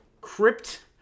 Crypt